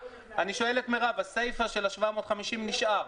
האם הסיפה של ה-750 נשאר?